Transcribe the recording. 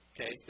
Okay